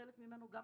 חלק מכך,